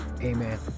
amen